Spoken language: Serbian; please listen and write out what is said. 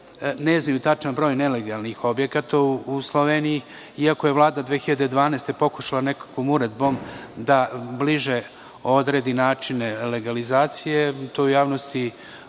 ne znaju tačan broj nelegalnih objekata u Sloveniji, iako je Vlada 2012. godine pokušala nekakvom uredbom da bliže odredi načine legalizacije. To je u javnosti